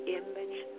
image